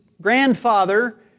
grandfather